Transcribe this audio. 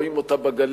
רואים אותה בגליל,